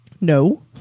No